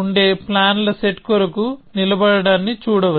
ఉండే ప్లాన్ ల సెట్ కొరకు నిలబడటాన్ని చూడవచ్చు